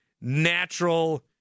natural